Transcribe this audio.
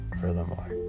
furthermore